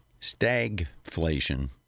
Stagflation